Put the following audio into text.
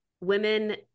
women